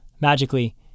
Magically